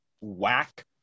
whack